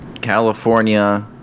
California